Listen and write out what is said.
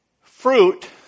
Fruit